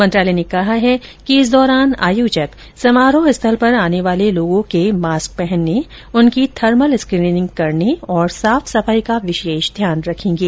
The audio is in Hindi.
मंत्रालय ने कहा है कि इस दौरान आयोजक समारोह स्थल पर आने वाले लोगों के मास्क पहनने उनकी थर्मल स्क्रीनिंग करने और साफ सफाई का विशेष ध्यान रखेंगे